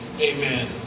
Amen